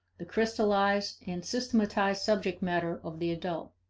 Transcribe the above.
the crystallized, and systematized subject matter of the adult